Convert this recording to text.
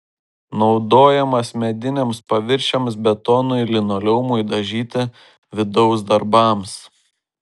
naudojamas mediniams paviršiams betonui linoleumui dažyti vidaus darbams